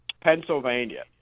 Pennsylvania